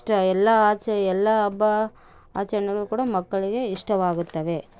ಇಷ್ಟ ಎಲ್ಲ ಆಚೆ ಎಲ್ಲ ಹಬ್ಬ ಆಚರಣೆಗಳು ಕೂಡ ಮಕ್ಕಳಿಗೆ ಇಷ್ಟವಾಗುತ್ತವೆ